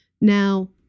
Now